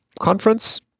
conference